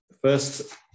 first